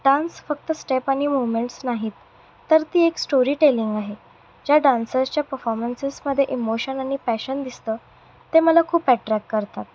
dance फक्त step आणि movements नाहीत तर ती एक स्टोरी टेलिंग आहे ज्या डान्सर्सच्या पफॉमन्सेसमध्ये इमोशन आणि पॅशन दिसतं ते मला खूप ॲट्रॅक करतात